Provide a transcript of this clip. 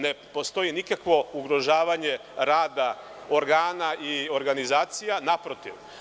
Ne postoji nikakvo ugrožavanje rada organa i organizacija, naprotiv.